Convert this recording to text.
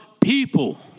people